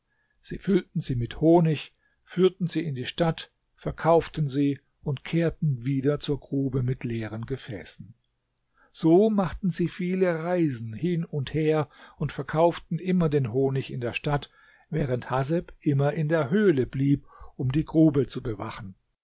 sie füllten sie mit honig führten sie in die stadt verkauften sie und kehrten wieder zur grube mit leeren gefäßen so machten sie viele reisen hin und her und verkauften immer den honig in der stadt während haseb immer in der höhle blieb um die grube zu bewachen